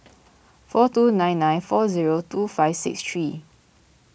four two nine nine four zero two five six three